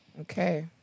Okay